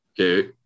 Okay